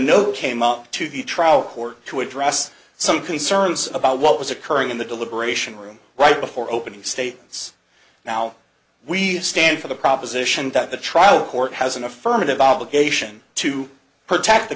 note came up to the trial court to address some concerns about what was occurring in the deliberation room right before opening statements now we stand for the proposition that the trial court has an affirmative obligation to protect the